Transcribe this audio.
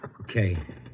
Okay